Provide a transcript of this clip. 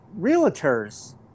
realtors